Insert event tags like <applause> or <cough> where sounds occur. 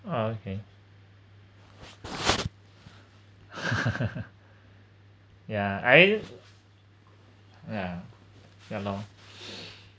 okay <laughs> ya I ya ya lor